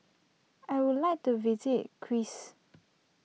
I would like to visit Chris